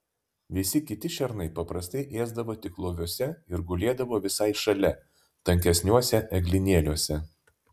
visi kiti šernai paprastai ėsdavo tik loviuose ir gulėdavo visai šalia tankesniuose eglynėliuose